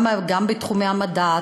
גם בתחומי המדע,